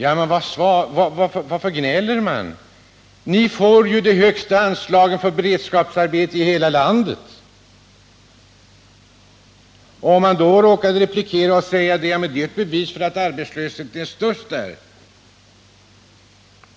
Man frågade oss då varför vi gnällde, när vi fick det högsta anslaget för beredskapsarbete i hela landet. Om man råkade replikera att det var ett bevis för att arbetslösheten var störst där